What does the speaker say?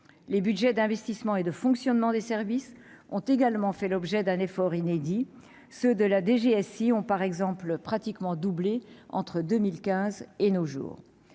les Budgets d'investissement et de fonctionnement des services ont également fait l'objet d'un effort inédit, ceux de la DGSI ont par exemple pratiquement doublé entre 2015 et nos jours